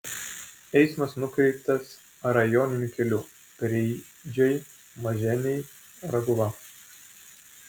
eismas nukreiptas rajoniniu keliu preidžiai maženiai raguva